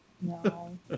No